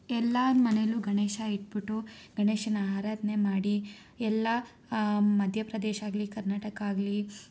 ಎಲ್ಲರ ಮನೇಲೂ ಗಣೇಶ ಇಟ್ಟುಬಿಟ್ಟು ಗಣೇಶನ ಆರಾಧನೆ ಮಾಡಿ ಎಲ್ಲ ಮಧ್ಯ ಪ್ರದೇಶಾಗಲಿ ಕರ್ನಾಟಕ ಆಗಲಿ